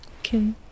Okay